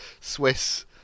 Swiss